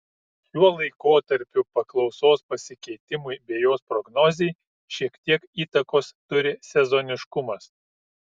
šiuo laikotarpiu paklausos pasikeitimui bei jos prognozei šiek tiek įtakos turi sezoniškumas